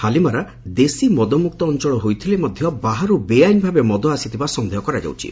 ହାଲିମାରା ଦେଶୀ ମଦମୁକ୍ତ ଅଞ୍ଚଳ ହୋଇଥିଲେ ମଧ୍ୟ ବାହାରୁ ବେଆଇନ୍ ଭାବେ ମଦ ଆସିଥିବା ସନ୍ଦେହ କରାଯାଉଛି